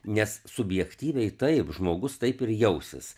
nes subjektyviai taip žmogus taip ir jausis